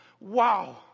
wow